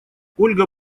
ольга